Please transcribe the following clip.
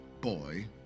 boy